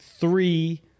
three